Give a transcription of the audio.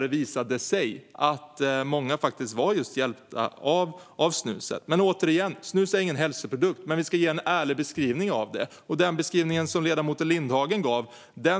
det visade sig att många faktiskt var hjälpta av snuset. Snus är ingen hälsoprodukt, men vi ska ge en ärlig beskrivning av det. Den beskrivning som ledamoten Lindhagen gav